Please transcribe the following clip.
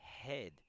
head